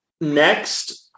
next